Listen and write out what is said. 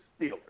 Steelers